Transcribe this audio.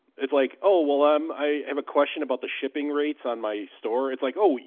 it's like, oh, well, ah um i have a question about the shipping rates on my store. it's like, oh,